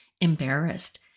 embarrassed